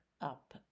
up